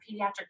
pediatric